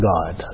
God